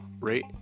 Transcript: rate